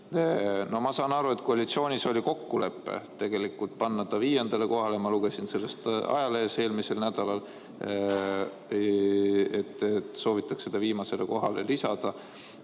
Ma saan aru, et koalitsioonis oli kokkulepe tegelikult panna see viiendale kohale. Ma lugesin sellest eelmisel nädalal ajalehest, et soovitakse seda viimasele kohale lisada.